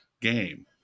game